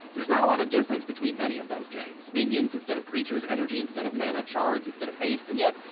there's not a lot of difference between many of those games. minions instead of creatures. energy instead of mana. charge instead of haste. and yet,